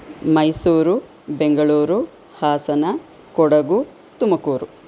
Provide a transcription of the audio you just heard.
Mysuru Bengaluru Hassan Kodagu Tumakuru